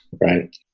right